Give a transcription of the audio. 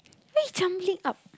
why you jumbling up